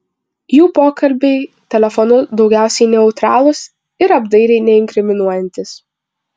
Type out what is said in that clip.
jų pokalbiai telefonu daugiausiai neutralūs ir apdairiai neinkriminuojantys